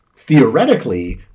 theoretically